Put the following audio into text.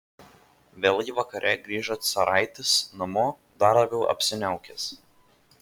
vėlai vakare grįžo caraitis namo dar labiau apsiniaukęs